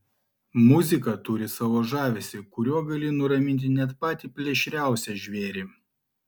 muzika turi savo žavesį kuriuo gali nuraminti net patį plėšriausią žvėrį